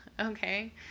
Okay